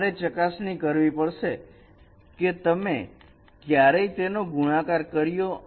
તમારે ચકાસણી કરવી પડશે કે તમે ક્યારેય તેનો ગુણાકાર કર્યો